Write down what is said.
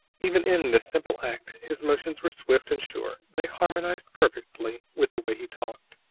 even in this simple act his motions were swift and sure they harmonized perfectly with the way he talked.